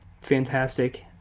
fantastic